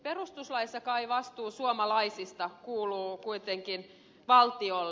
perustuslaissa kai vastuu suomalaisista kuuluu kuitenkin valtiolle